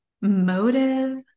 motive